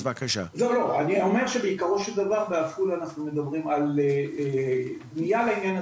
אני אומר שבעפולה אנחנו מדברים על בנייה של זה.